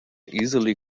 easily